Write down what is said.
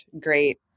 great